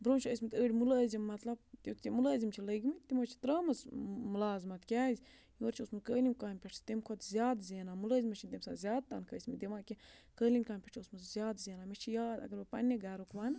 برونٛہہ چھِ ٲسۍمٕتۍ أڑۍ مُلزِمطلَب تیُتھ تہِ مُلٲزِم چھِ لٔگۍمٕتۍ تِمو چھِ ترٛٲمٕژ مُلازمت کیٛازِ یورٕ چھُ اوسمُت قٲلیٖن کہِ پٮ۪ٹھ تَمہِ کھۄتہٕ زیإ زینان مُلٲزِمَس چھِنہٕ تَمہِ ساتہٕ زیادٕ تنخواہ ٲسۍمٕتۍ دِوان کینٛہہ قٲلیٖن کامہِ پٮ۪ٹھ چھُ اوسمُت زیادٕ زینان مےٚ چھِ یاد اگر بہٕ پنٛنہِ گَرُک ونہٕ